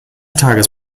tages